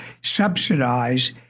subsidize